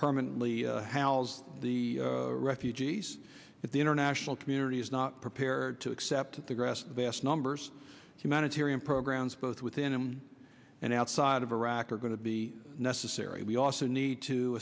permanently housed the refugees at the international community is not prepared to accept the grass vast numbers of humanitarian programs both within him and outside of iraq are going to be necessary we also need to